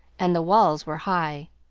and the walls were high.